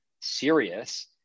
serious